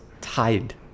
tied